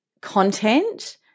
content